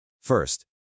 First